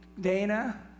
Dana